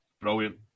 brilliant